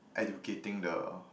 educating the